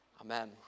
Amen